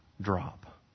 drop